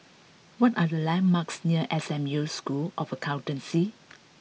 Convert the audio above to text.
what are the landmarks near S M U School of Accountancy